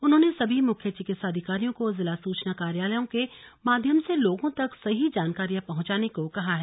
उन्होंने सभी मुख्य चिकित्सा अधिकारियों को जिला सूचना कार्यालयों के माध्यम से लोगों तक सही जानकारियां पहुंचाने को कहा है